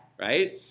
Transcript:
right